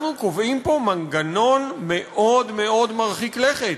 אנחנו קובעים פה מנגנון מאוד מאוד מרחיק לכת.